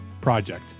project